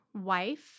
wife